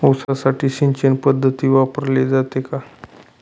ऊसासाठी सिंचन पद्धत वापरली जाते का?